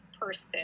person